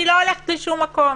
אני לא הולכת לשום מקום.